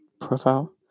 profile